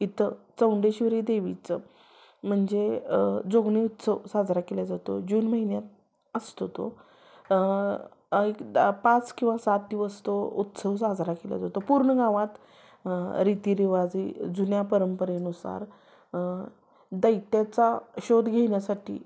इथं चौंडेश्वरी देवीचं म्हणजे जोगनी उत्सव साजरा केला जातो जून महिन्यात असतो तो एकदा पाच किवा सात दिवस तो उत्सव साजरा केला जातो पूर्ण गावात रीतिरिवाजी जुन्या परंपरेनुसार दैत्याचा शोध घेण्यासाठी